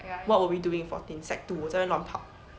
what were we doing when we were fourteen sec two 我在那边乱跑